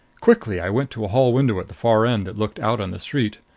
quickly i went to a hall window at the far end that looked out on the street.